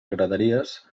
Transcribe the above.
graderies